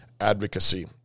advocacy